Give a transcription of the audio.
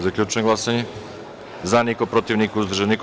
Zaključujem glasanje: za – niko, protiv – niko, uzdržan – niko.